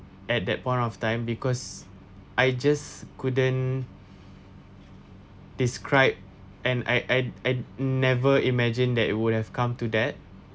at that point of time because I just couldn't describe and I I i never imagine that it would have come to that